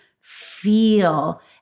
feel